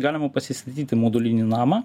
galima pasistatyti modulinį namą